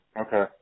Okay